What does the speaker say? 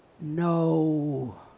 No